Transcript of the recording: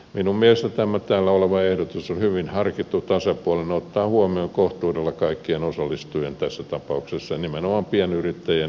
minun mielestäni tämä täällä oleva ehdotus on hyvin harkittu ja tasapuolinen ja ottaa huomioon kohtuudella kaikki osallistujat tässä tapauksessa nimenomaan pienyrittäjien asemaa parantaen